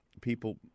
people